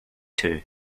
two